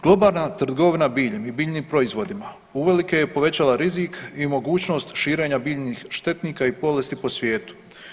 Globalna trgovina biljem i biljnim proizvodima uvelike je povećala rizik i mogućnost širenja biljnih štetnika i bolesti po svijetu.